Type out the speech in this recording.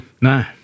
No